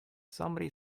somebody